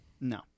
No